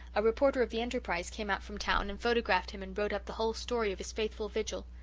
a reporter of the enterprise came out from town and photographed him and wrote up the whole story of his faithful vigil.